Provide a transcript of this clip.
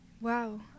Wow